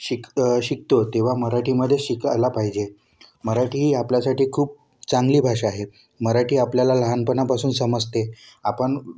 शिकत शिकतो तेव्हा मराठीमध्ये शिकायला पाहिजे मराठी आपल्यासाठी खूप चांगली भाषा आहे मराठी आपल्याला लहानपणापासून समजते आपण